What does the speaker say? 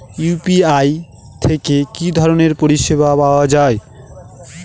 UPI থেকে কি ধরণের পরিষেবা পাওয়া য়ায়?